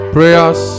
Prayers